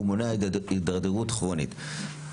ומונע הידרדרות כרונית.